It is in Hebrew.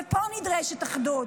ופה נדרשת אחדות.